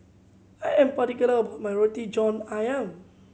I am particular about my Roti John Ayam